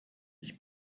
ich